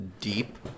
deep